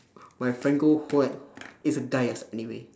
my friend go home it's a guy yes anyway